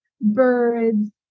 birds